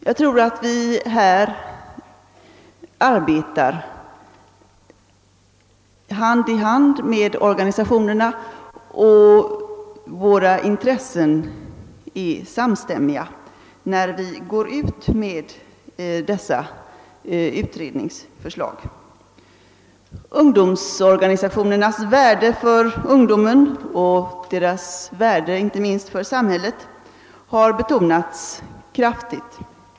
Jag tror att vi härvidlag arbetar hand i hand med organisationerna och att våra intressen är samstämmiga när vi går ut med dessa utredningsförslag. Ungdomsorganisationernas värde för ungdomen och inte minst för samhället har betonats kraftigt.